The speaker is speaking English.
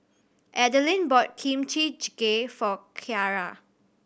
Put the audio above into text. Adelyn bought Kimchi Jjigae for Kyara